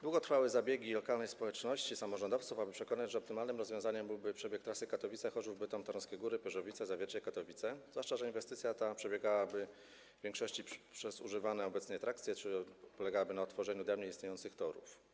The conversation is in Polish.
Długo trwały zabiegi lokalnej społeczności, samorządowców, aby przekonać, że optymalnym rozwiązaniem byłby przebieg trasy: Katowice - Chorzów - Bytom - Tarnowskie Góry - Pyrzowice - Zawiercie - Katowice, zwłaszcza że inwestycja ta przebiegałaby w większości przez używane obecnie trakcje, czyli polegałaby na odtworzeniu dawniej istniejących torów.